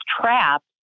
trapped